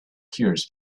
cures